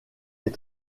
est